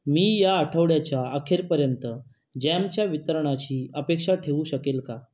मी या आठवड्याच्या अखेरपर्यंत जॅमच्या वितरणाची अपेक्षा ठेवू शकेन का